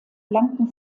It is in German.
blanken